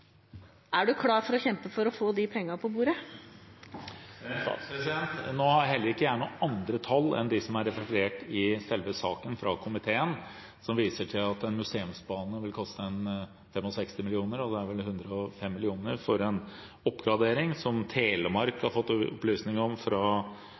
Er statsråden klar til å kjempe for å få de pengene på bordet? Jeg har ikke andre tall enn dem som er referert i innstillingen fra komiteen, som viser til at en museumsbane vil koste 63 mill. kr og 150 mill. kr for en oppgradering til godstransport, etter det Telemark